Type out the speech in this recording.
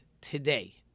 today